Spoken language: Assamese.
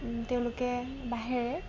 তেওঁলোকে বাঁহেৰে